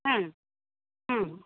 হুম হুম